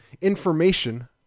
information